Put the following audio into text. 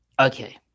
okay